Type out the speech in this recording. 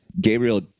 Gabriel